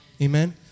Amen